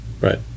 right